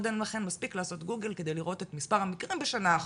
מספיק לעשות גוגל כדי לראות את מספר המקרים בשנה האחרונה.